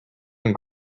and